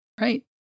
right